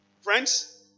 friends